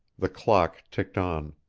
the clock ticked on.